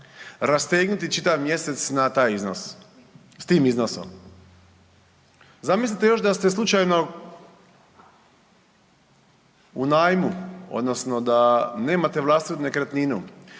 rastegnuti čitav mjesec s tim iznosom. Zamislite još da ste slučajno u najmu odnosno da nemate vlastitu nekretninu